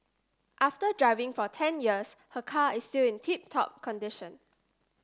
after driving for ten years her car is still in tip top condition